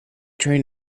trying